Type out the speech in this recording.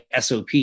sop